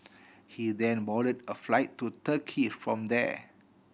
he then boarded a flight to Turkey from there